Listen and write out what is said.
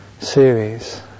series